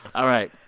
all right,